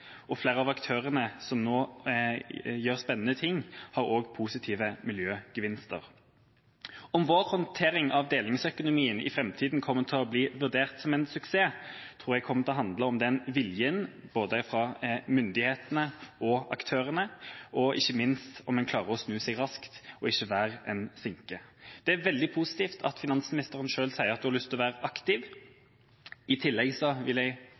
og ting til flere, og flere av aktørene som nå gjør spennende ting, har også positive miljøgevinster av det. Om vår håndtering av delingsøkonomien i framtida kommer til å bli vurdert som en suksess, tror jeg kommer til å handle om vilje både fra myndighetene og aktørene, og ikke minst om en klarer å snu seg raskt og ikke være en sinke. Det er veldig positivt at finansministeren selv sier at hun har lyst til å være aktiv. I tillegg vil jeg